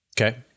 Okay